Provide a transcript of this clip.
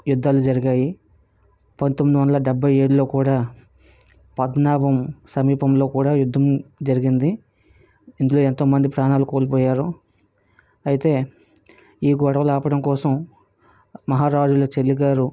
యుద్ధాలు జరిగాయి పంతొమ్మిది వందల డెబ్బై ఏడులో కూడా పద్మనాభం సమీపంలో కూడా యుద్ధం జరిగింది ఇందులో ఎంతో మంది ప్రాణాలు కోల్పోయారు అయితే ఈ గొడవలు ఆపడం కోసం మహారాజుల చెల్లి గారు